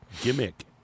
gimmick